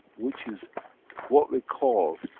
which is what we call